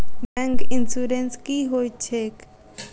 Bank insurance की होइत छैक?